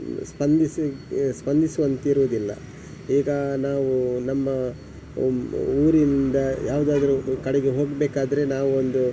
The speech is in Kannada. ಸ್ಪಂದಿಸಿ ಸ್ಪಂದಿಸುವಂತಿರುವುದಿಲ್ಲ ಈಗ ನಾವು ನಮ್ಮ ಒಂದು ಊರಿನಿಂದ ಯಾವುದಾದರು ಒಂದು ಕಡೆಗೆ ಹೋಗಬೇಕಾದ್ರೆ ನಾವೊಂದು